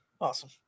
Awesome